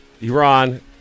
Iran